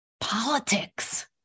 politics